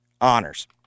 honors